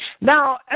Now